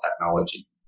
technology